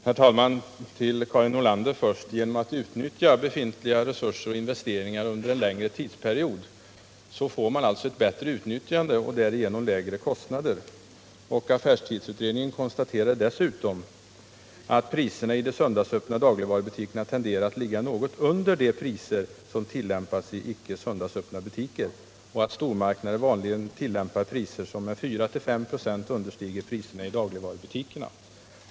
Herr talman! Först vill jag svara Karin Nordlander: Genom att utnyttja befintliga resurser och investeringar under en längre tidsperiod får man ett bättre utnyttjande och därigenom lägre kostnader. Affärstidsutredningen konstaterade dessutom att priserna i de söndagsöppna dagligvarubutikerna tenderar att ligga något under de priser som tillämpas i icke söndagsöppna butiker och att stormarknader vanligen tillämpar priser som med 4-5 926 understiger priserna i dagligvarubutikerna.